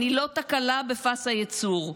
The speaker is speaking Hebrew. אני לא תקלה בפס הייצור,